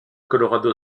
colorado